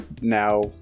now